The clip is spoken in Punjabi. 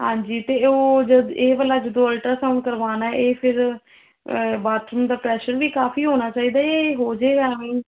ਹਾਂਜੀ ਅਤੇ ਉਹ ਜਦੋਂ ਇਹ ਵਾਲਾ ਜਦੋਂ ਅਲਟਰਾ ਸਾਊਂਡ ਕਰਵਾਉਣਾ ਇਹ ਫਿਰ ਬਾਥਰੂਮ ਦਾ ਪ੍ਰੈਸ਼ਰ ਵੀ ਕਾਫੀ ਹੋਣਾ ਚਾਹੀਦਾ ਜਾਂ ਇਹ ਹੋ ਜੇਗਾ ਐਵੇਂ